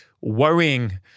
worrying